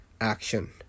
action